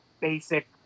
basic